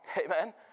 Amen